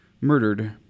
murdered